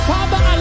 Father